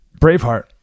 Braveheart